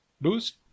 boost